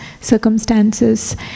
circumstances